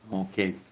okay.